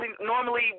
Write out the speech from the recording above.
normally